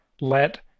let